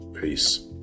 peace